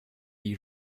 you